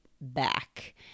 back